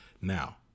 Now